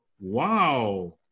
wow